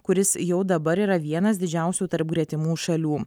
kuris jau dabar yra vienas didžiausių tarp gretimų šalių